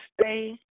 stay